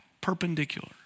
perpendicular